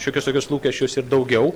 šiokius tokius lūkesčius ir daugiau